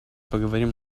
поговорим